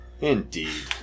Indeed